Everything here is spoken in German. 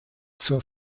zur